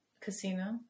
Casino